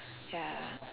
ya